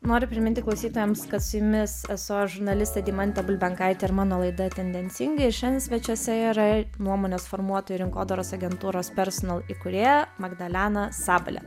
noriu priminti klausytojams kad su jumis esu aš žurnalistė deimantė bulbenkaitė ir mano laida tendencingai ir šiandien svečiuose yra nuomonės formuotojų rinkodaros agentūros personal įkūrėja magdalena sabalė